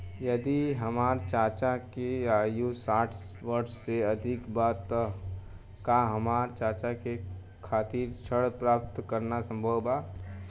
यदि हमार चाचा के आयु साठ वर्ष से अधिक बा त का हमार चाचा के खातिर ऋण प्राप्त करना संभव बा?